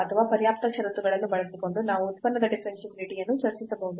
ಅಥವಾ ಪರ್ಯಾಪ್ತ ಷರತ್ತುಗಳನ್ನು ಬಳಸಿಕೊಂಡು ನಾವು ಉತ್ಪನ್ನದ ಡಿಫರೆನ್ಷಿಯಾಬಿಲಿಟಿ ಯನ್ನು ಚರ್ಚಿಸಬಹುದು